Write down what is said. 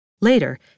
Later